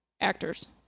actors